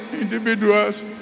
individuals